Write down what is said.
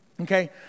Okay